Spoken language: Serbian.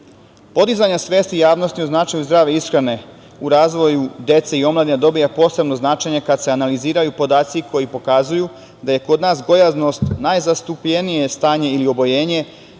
Podizanje svesti javnosti o značaju zdrave ishrane u razvoju dece i omladine dobija posebno značenje kada se analiziraju podaci koji pokazuju da je kod nas gojaznost najzastupljenije stanje ili oboljenje,